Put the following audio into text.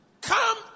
Come